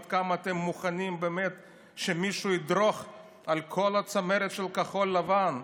עד כמה אתם מוכנים באמת שמישהו ידרוך על כל הצמרת של כחול לבן,